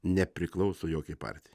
nepriklauso jokiai partijai